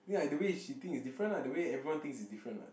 ya the way she think is different lah the way everyone thinks is different what